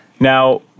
Now